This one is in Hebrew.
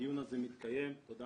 שהדיון הזה מתקיים ותודה